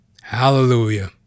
Hallelujah